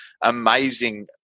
amazing